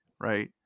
right